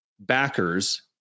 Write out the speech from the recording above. Backers